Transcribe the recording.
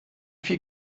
viel